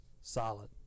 solid